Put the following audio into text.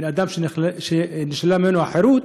בן-אדם שנשללה ממנו החירות,